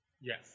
Yes